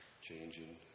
changing